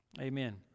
Amen